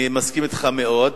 אני מסכים אתך מאוד,